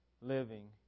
living